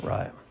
Right